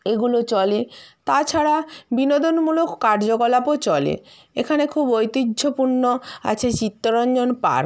এগুলো চলে তাছাড়া বিনোদনমূলক কার্যকলাপও চলে এখানে খুব ঐতিহ্যপূর্ণ আছে চিত্তরঞ্জন পার্ক